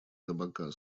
табака